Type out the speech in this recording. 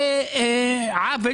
זה עוול